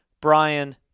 Brian